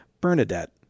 bernadette